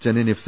Chennaiyin F